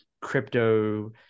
crypto